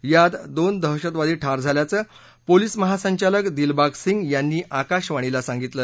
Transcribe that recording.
यात दोन दहशतवादी ठार झाल्याचं पोलीस महासंचालक दिलबाग सिंग यांनी आकाशवाणीला सांगितलं